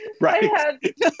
Right